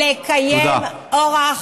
תודה.